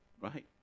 right